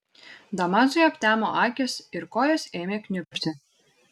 damazui aptemo akys ir kojos ėmė kniubti